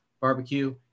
barbecue